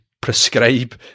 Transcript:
prescribe